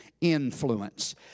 influence